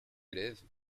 élèves